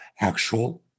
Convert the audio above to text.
actual